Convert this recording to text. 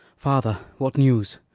father, what news?